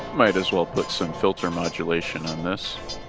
might as well put some filter modulation this.